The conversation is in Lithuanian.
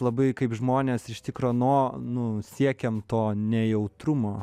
labai kaip žmonės iš tikro nuo nu siekiam to nejautrumo